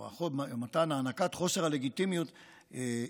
או הענקת חוסר הלגיטימציה,